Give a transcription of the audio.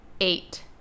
eight